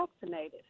vaccinated